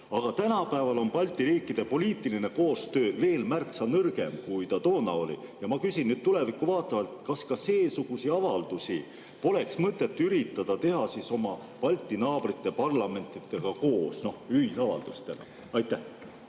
Aga tänapäeval on Balti riikide poliitiline koostöö veel märksa nõrgem, kui ta toona oli. Ma küsin tulevikku vaatavalt: kas seesuguseid avaldusi poleks mõtet üritada teha oma Balti naabrite parlamentidega koos, ühisavaldustena? Aitäh,